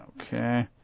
Okay